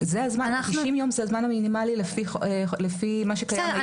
90 יום זה הזמן המינימאלי לפי מה שקיים היום.